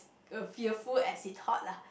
uh fearful as it thought lah